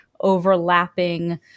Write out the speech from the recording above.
overlapping